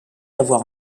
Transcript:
avoir